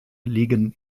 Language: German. liegen